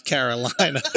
Carolina